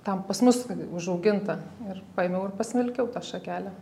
tam pas mus užaugintą ir paėmiau ir pasmilkiau tą šakelę